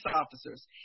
officers